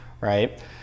right